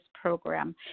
program